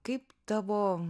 kaip tavo